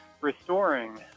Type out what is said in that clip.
restoring